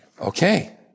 Okay